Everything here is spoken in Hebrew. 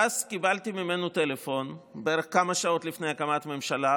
ואז קיבלתי ממנו טלפון בערך כמה שעות לפני הקמת הממשלה,